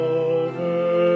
over